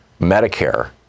Medicare